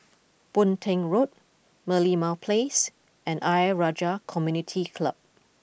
Boon Teck Road Merlimau Place and Ayer Rajah Community Club